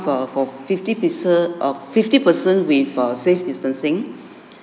for for fifty pieces of fifty person with err safe distancing